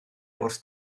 wrth